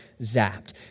zapped